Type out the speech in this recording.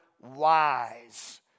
wise